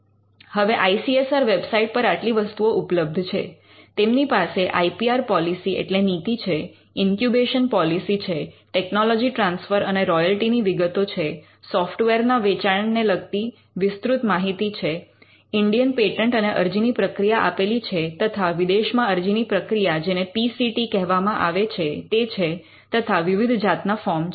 હવે I C S R website પર આટલી વસ્તુઓ ઉપલબ્ધ છે તેમની પાસે આઇ પી આર પૉલિસી એટલે નીતિ છે ઇન્ક્યુબેશન પૉલિસી છે ટેકનોલોજી ટ્રાન્સફર અને રોયલ્ટીની વિગતો છે સોફ્ટવેર ના વેચાણને લગતી વિસ્તૃત માહિતી છે ઇન્ડિઅન પેટન્ટ અને અરજીની પ્રક્રિયા આપેલી છે તથા વિદેશમાં અરજીની પ્રક્રિયા જેને પી સી ટી કહેવામાં આવે છે તે છે તથા વિવિધ જાતના ફોર્મ છે